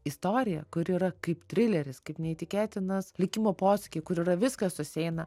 istoriją kuri yra kaip trileris kaip neįtikėtinas likimo posūkiai kur yra viskas susieina